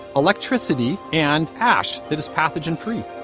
electricity, and ash that is pathogen free.